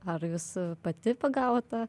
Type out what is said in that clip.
ar jūs pati pagavot tą